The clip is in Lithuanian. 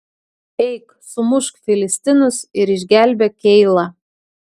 eik sumušk filistinus ir išgelbėk keilą